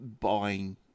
buying